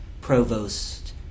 provost